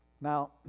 Now